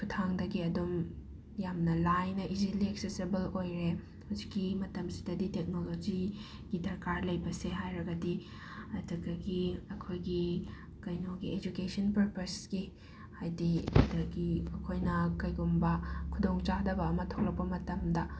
ꯈꯨꯠꯊꯥꯡꯗꯒꯤ ꯑꯗꯨꯝ ꯌꯥꯝꯅ ꯂꯥꯏꯅ ꯏꯖꯤꯂꯤ ꯑꯦꯛꯁꯦꯁꯦꯕꯜ ꯑꯣꯏꯔꯦ ꯍꯧꯖꯤꯛꯀꯤ ꯃꯇꯝꯁꯤꯗꯗꯤ ꯇꯦꯛꯅꯣꯂꯣꯖꯤꯒꯤ ꯗꯔꯀꯥꯔ ꯂꯩꯕꯁꯦ ꯍꯥꯏꯔꯒꯗꯤ ꯑꯗꯨꯗꯒꯤ ꯑꯩꯈꯣꯏꯒꯤ ꯀꯩꯅꯣꯒꯤ ꯏꯖꯨꯀꯦꯁꯟ ꯄꯔꯄꯁꯀꯤ ꯍꯥꯏꯗꯤ ꯑꯗꯒꯤ ꯑꯩꯈꯣꯏꯅ ꯀꯩꯒꯨꯝꯕ ꯈꯨꯗꯣꯡꯆꯥꯗꯕ ꯑꯃ ꯊꯣꯛꯂꯛꯄ ꯃꯇꯝꯗ